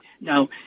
Now